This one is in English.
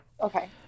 Okay